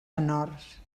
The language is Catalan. menors